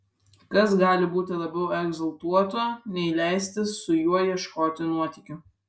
kas gali būti labiau egzaltuoto nei leistis su juo ieškoti nuotykių